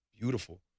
beautiful